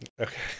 Okay